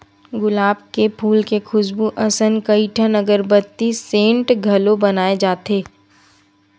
गुलाब के फूल के खुसबू असन कइठन अगरबत्ती, सेंट घलो बनाए जाथे